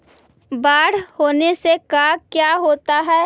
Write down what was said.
बाढ़ होने से का क्या होता है?